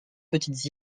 petites